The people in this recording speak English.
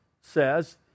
says